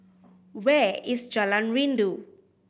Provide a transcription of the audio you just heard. where is Jalan Rindu